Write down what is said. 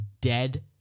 dead